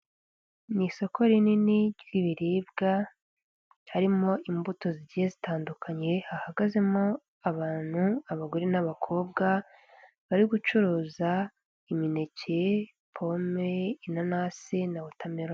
Mu isoko rinini ry'ibiribwa harimo imbuto zigiye zitandukanye hahagazemo abantu abagore n'abakobwa bari gucuruza imineke, pome, inanasi na wotameroni.